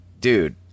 dude